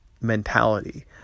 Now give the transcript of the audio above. mentality